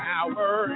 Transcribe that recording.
Power